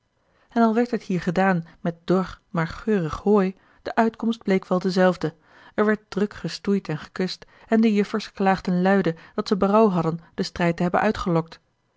en al werd dit hier gedaan met dor maar geurig hooi de uitkomst bleek wel dezelfde er werd druk gestoeid en gekust en de juffers klaagden luide dat ze berouw hadden den strijd te hebben uitgelokt